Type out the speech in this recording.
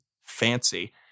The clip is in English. fancy